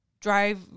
drive